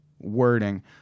wording